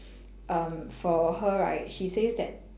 um for her right she says that